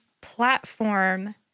platform